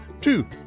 two